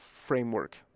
framework